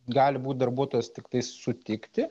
gali būt darbuotojas tiktai sutikti